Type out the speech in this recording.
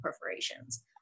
perforations